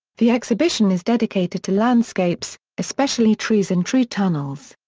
the exhibition is dedicated to landscapes, especially trees and tree tunnels.